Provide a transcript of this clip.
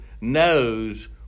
knows